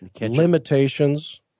limitations